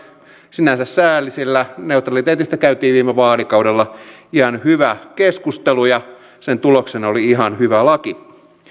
sinänsä sääli sillä neutraliteetista käytiin viime vaalikaudella ihan hyvä keskustelu ja sen tuloksena oli ihan hyvä laki